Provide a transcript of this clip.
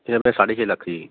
ਸਾਢੇ ਛੇ ਲੱਖ ਜੀ